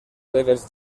seves